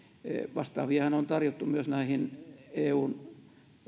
vastaaviahan on tarjottu myös näihin eun